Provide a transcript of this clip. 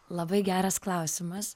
labai geras klausimas